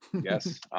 Yes